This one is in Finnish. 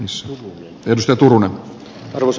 jos karsiutunut rus